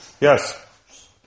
Yes